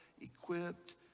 equipped